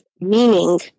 meaning